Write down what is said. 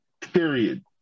Period